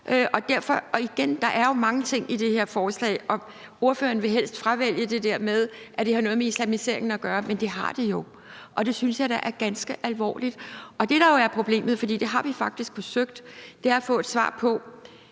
er der jo ikke. Der er jo mange ting i det her forslag, og ordføreren vil helst fravælge det der med, at det har noget med islamiseringen at gøre, men det har det, og det synes jeg da er ganske alvorligt. Det, der jo er problemet, er – for det har vi faktisk forsøgt – at få et svar på,